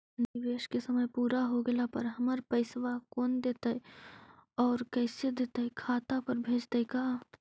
निवेश के समय पुरा हो गेला पर हमर पैसबा कोन देतै और कैसे देतै खाता पर भेजतै का?